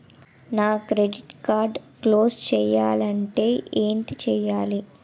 నా credit card close చేయాలంటే ఏంటి చేయాలి?